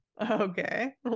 Okay